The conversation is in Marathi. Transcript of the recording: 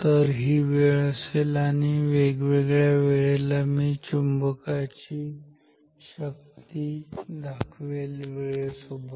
तर ही वेळ असेल आणि वेगवेगळ्या वेळेला मी चुंबकीय क्षेत्राची शक्ती दाखवेल वेळेसोबत